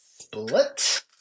split